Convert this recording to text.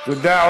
תודה.